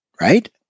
right